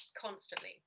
constantly